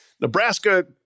nebraska